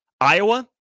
iowa